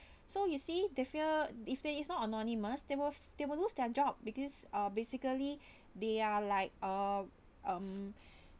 so you see they fear if there it's not anonymous they will they will lose their job because uh basically they are like uh um